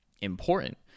important